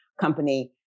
Company